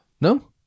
no